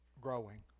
growing